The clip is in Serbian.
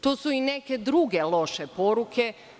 Tu su i neke druge loše poruke.